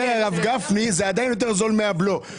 אומר הרב גפני, זה עדיין יותר זול מהבלו.